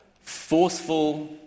forceful